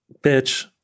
Bitch